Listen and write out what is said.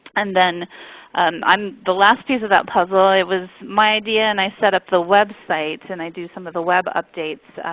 and then um um the last piece of that puzzle, it was my idea and i set up the website and i do some of the web updates.